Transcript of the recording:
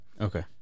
Okay